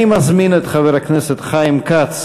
אני מזמין את חבר הכנסת חיים כץ